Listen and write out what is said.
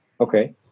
Okay